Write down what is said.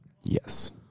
Yes